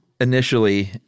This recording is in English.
initially